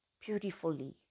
beautifully